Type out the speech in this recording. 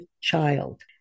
child